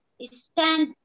Stand